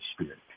Spirit